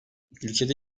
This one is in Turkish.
ülkede